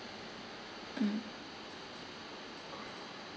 mm